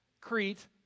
Crete